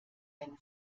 ein